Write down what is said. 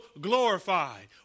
glorified